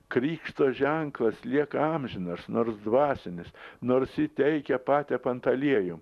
krikšto ženklas lieka amžinas nors dvasinis nors jį teikia patepant aliejum